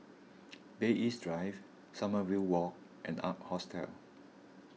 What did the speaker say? Bay East Drive Sommerville Walk and Ark Hostel